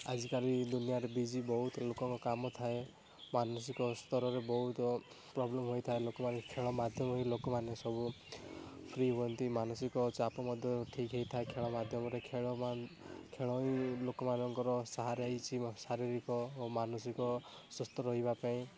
ଆଜିକାଲି ଦୁନିଆରେ ବିଜି ବହୁତ ଲୋକଙ୍କ କାମ ଥାଏ ମାନସିକ ସ୍ତରରେ ବହୁତ ପ୍ରୋବ୍ଲେମ୍ ହୋଇଥାଏ ଲୋକମାନେ ଖେଳ ମାଧ୍ୟମରେ ଲୋକମାନେ ସବୁ ଫ୍ରି ହୁଅନ୍ତି ମାନସିକ ଚାପ ମଧ୍ୟ ଠିକ୍ ହେଇଥାଏ ଖେଳ ମାଧ୍ୟମରେ ଖେଳ ଖେଳ ହିଁ ଲୋକମାନଙ୍କର ସାହାରା ହେଇଛି ଶାରୀରିକ ଓ ମାନସିକ ସୁସ୍ଥ ରହିବା ପାଇଁ